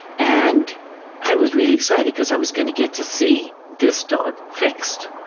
and i was really excited because i was going to get to see this dog fixed.